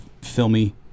filmy